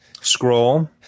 Scroll